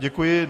Děkuji.